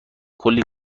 کلی